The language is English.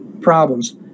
problems